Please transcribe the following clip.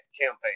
campaign